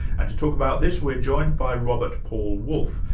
and to talk about this, we're joined by robert paul wolff,